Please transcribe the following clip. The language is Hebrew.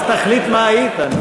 אז תחליט מה היית.